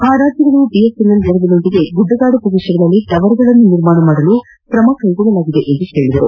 ಆ ರಾಜ್ಯಗಳು ಬಿಎಸ್ಎನ್ಎಲ್ ನೆರವಿನೊಂದಿಗೆ ಗುಢಗಾಡು ಪ್ರದೇಶಗಳಲ್ಲಿ ಟವರ್ಗಳನ್ನು ನಿರ್ಮಿಸಲು ಕ್ರಮ ಕ್ಲೆಗೊಳ್ಳಲಾಗಿದೆ ಎಂದು ಹೇಳಿದರು